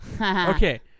Okay